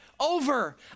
over